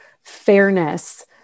fairness